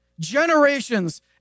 Generations